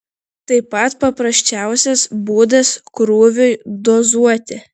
tai pats paprasčiausias būdas krūviui dozuoti